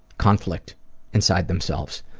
conflict inside themselves.